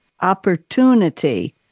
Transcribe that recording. opportunity